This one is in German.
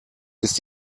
ist